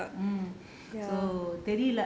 mm